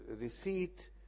receipt